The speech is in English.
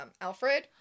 Alfred